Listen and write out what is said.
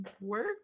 work